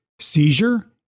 seizure